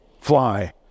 fly